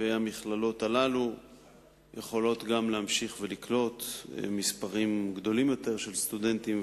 והמכללות האלה יכולות גם להמשיך לקלוט מספרים גדולים יותר של סטודנטים,